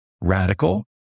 radical